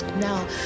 Now